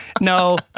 No